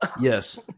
Yes